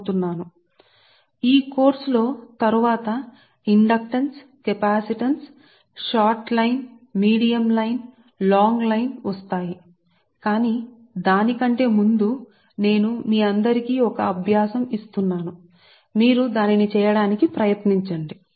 కాబట్టి ఈ సమయంలో కోర్సు తరువాత కాకుండా ఇండక్టెన్స్ వస్తుంది ఆ కెపాసిటెన్స్ తరువాత మరియు ఆ medium line long line short line కానీ దీనికి ముందు నేను మీ అందరికీ ఒక అభ్యాసం ఇస్తున్నాను మరియు మీరు వీటిని చేయడానికి ప్రయత్నించండి